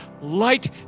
light